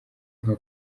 nka